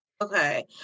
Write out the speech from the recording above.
okay